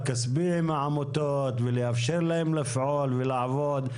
כספי עם העמותות ולאפשר להם לפעול ולעבוד,